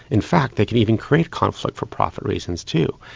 in fact, they could even create conflict for profit reasons too,